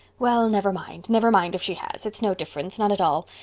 well, never mind. never mind if she has. it's no difference. none at all,